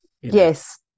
Yes